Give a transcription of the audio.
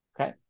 Okay